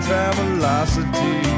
Travelocity